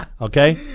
Okay